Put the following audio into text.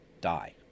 die